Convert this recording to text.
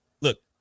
look